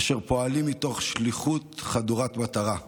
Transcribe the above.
אשר פועלים מתוך שליחות חדורת מטרה.